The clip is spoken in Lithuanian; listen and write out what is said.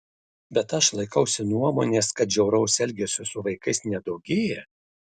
bet aš laikausi nuomonės kad žiauraus elgesio su vaikais nedaugėja